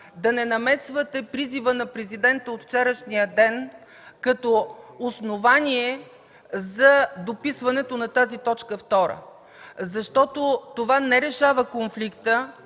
да не намесвате призива на президента от вчерашния ден като основание за дописването на тази точка втора, защото това не решава конфликта